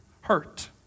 hurt